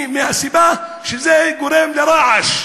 מהסיבה שזה גורם לרעש.